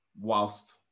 whilst